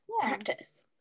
practice